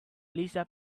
lisa